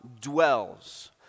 dwells